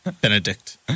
Benedict